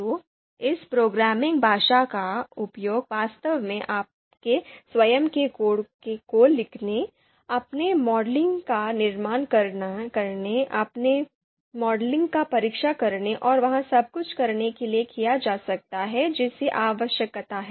तो इस प्रोग्रामिंग भाषा का उपयोग वास्तव में आपके स्वयं के कोड को लिखने अपने मॉडल का निर्माण करने अपने मॉडल का परीक्षण करने और वह सब कुछ करने के लिए किया जा सकता है जिसकी आवश्यकता है